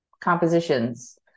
compositions